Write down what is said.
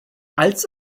als